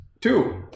Two